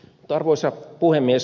arvoisa puhemies